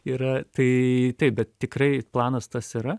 yra tai taip bet tikrai planas tas yra